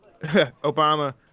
Obama